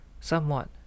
somewhat